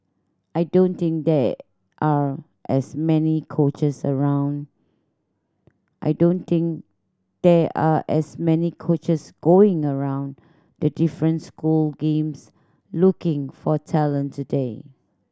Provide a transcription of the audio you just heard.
I don't think there are as many coaches around I don't think there are as many coaches going around the different school games looking for talent today